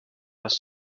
was